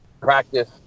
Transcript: practice